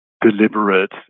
deliberate